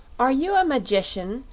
are you a magician?